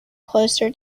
closer